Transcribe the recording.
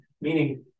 meaning